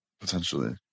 Potentially